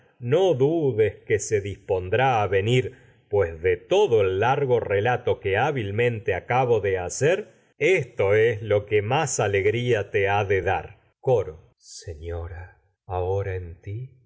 pues dudes que se dispondrá a venir de todo el lai go í'elato que hábilmente es acabo de hacer esto lo que más alegría te ha de dar en coro señoi'a ahora ti